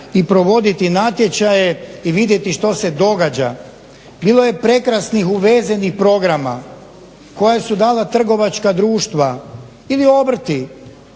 i provoditi natječaje i vidjeti što se događa. Bilo je prekrasnih uvezenih programa koja su dala trgovačka društva ili obrti.